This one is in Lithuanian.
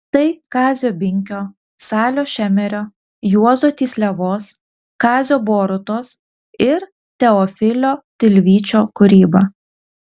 tai kazio binkio salio šemerio juozo tysliavos kazio borutos ir teofilio tilvyčio kūryba